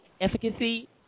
efficacy